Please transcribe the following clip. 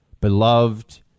beloved